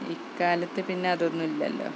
ഇക്കാലത്ത് പിന്നെ അതൊന്നും ഇല്ലല്ലോ